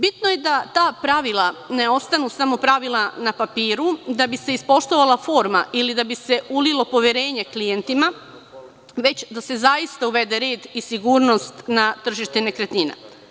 Bitno je da ta pravila ne ostanu samo pravila na papiru da bi se ispoštovala forma ili da bi se ulilo poverenje klijentima, već da se zaista uvede red i sigurnost na tržište nekretnina.